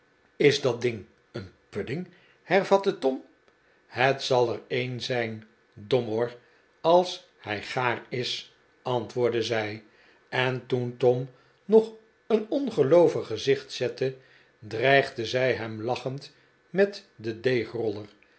is dat ding een pudding hervatte tom het zal er een zijn domoor als hij gaar is antwoordde zij en toen tom nog een ongeloovig gezicht zette dreigde zij hem lachend met den deegroller